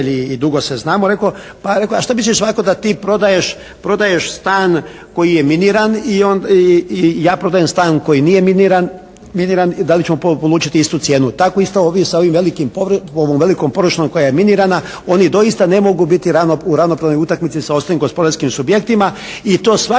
i dugo se znamo, pa šta misliš ovako da ti prodaješ stan koji je miniran i ja prodajem stan koji nije miniran i da li ćemo polučiti istu cijenu. Tako isto i sa ovom velikom površinom koja je minirana. Oni doista ne mogu biti u ravnopravnoj utakmici sa ostalim gospodarskim subjektima i to svakako